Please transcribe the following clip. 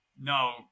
No